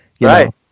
right